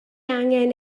angen